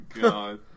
god